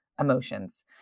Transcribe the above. emotions